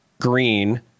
green